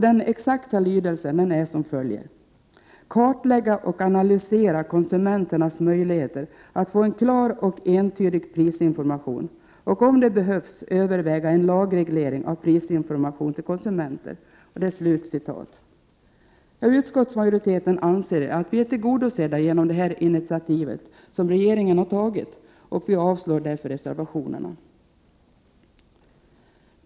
Den exakta lydelsen är som följer: ”-—— kartlägga och analysera konsumenternas möjligheter att få en klar och entydig prisinformation och om det behövs överväga en lagreglering av prisinformation till konsumenter.” Utskottsmajoriteten anser att vi är tillgodosedda genom det initiativ som regeringen har tagit och avstyrker därför reservationerna.